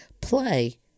play